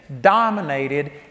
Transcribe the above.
dominated